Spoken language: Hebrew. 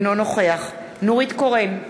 אינו נוכח נורית קורן,